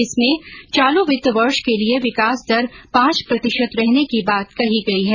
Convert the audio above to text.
इसमें चालू वित्त वर्ष के लिए विकास दर पांच प्रतिशत रहने की बात कही गई है